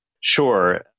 Sure